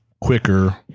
quicker